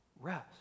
rest